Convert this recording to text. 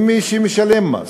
עם מי שמשלם מס,